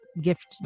gift